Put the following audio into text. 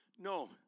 No